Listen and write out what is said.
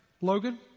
Logan